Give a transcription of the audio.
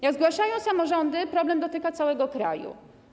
Jak zgłaszają samorządy, problem dotyka całego kraju.